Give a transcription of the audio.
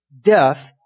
death